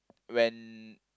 when